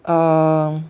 um